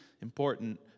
important